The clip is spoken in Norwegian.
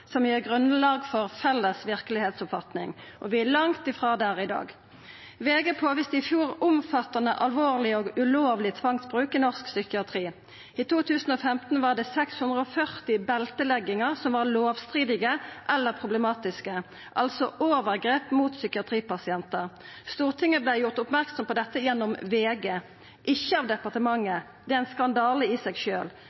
som gir grunnlag for felles verkelegheitsoppfatning. Og vi er langt frå der i dag. VG påviste i fjor omfattande alvorleg og ulovleg tvangsbruk i norsk psykiatri. I 2015 var det 640 belteleggingar som var lovstridige eller problematiske, altså overgrep mot psykiatripasientar. Stortinget vart gjort merksam på dette gjennom VG, ikkje av